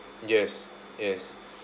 yes yes